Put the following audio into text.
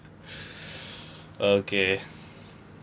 okay